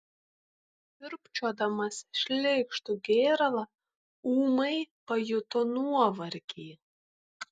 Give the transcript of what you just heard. siurbčiodamas šleikštų gėralą ūmai pajuto nuovargį